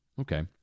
Okay